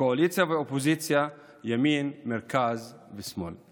קואליציה ואופוזיציה, ימין, מרכז ושמאל.